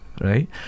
Right